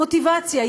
מוטיבציה,